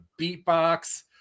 beatbox